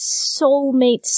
soulmates